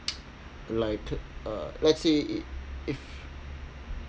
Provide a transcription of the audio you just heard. like a let's say if